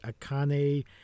Akane